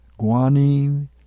guanine